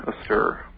astir